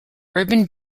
urban